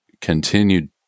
continued